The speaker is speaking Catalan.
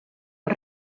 els